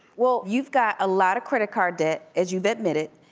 well you've got a lot of credit card debt, as you've admitted.